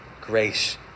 grace